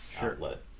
outlet